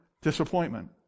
disappointment